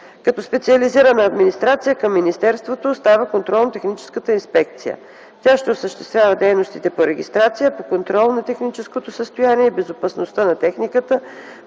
Като специализирана администрация към министерството остава Контролно-техническата инспекция. Тя ще осъществява дейностите по регистрация, по контрол на техническото състояние и безопасността на техниката,